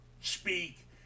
speak